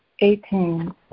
Eighteen